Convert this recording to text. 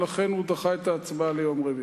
ולכן הוא דחה את ההצבעה ליום רביעי.